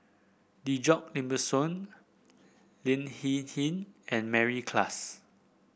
Djoko Wibisono Lin Hsin Hsin and Mary Klass